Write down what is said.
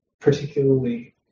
particularly